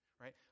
Right